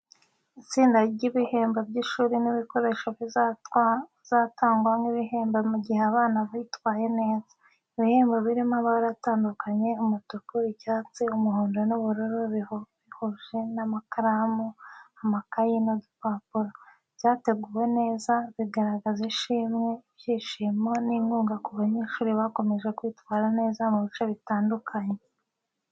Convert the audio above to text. Itsinda ry'ibihembo by’ishuri n’ibikoresho bizatangwa nk’ibihembo mu gihe abana bitwaye neza. Ibihembo birimo amabara atandukanye umutuku, icyatsi, umuhondo n’ubururu, bihuje n’amakaramu, amakaye n’udupapuro. Byateguwe neza, bigaragaza ishimwe, ibyishimo n’inkunga ku banyeshuri bakomeje kwitwara neza mu bice bitandukanye.